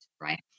right